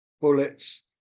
bullets